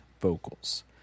vocals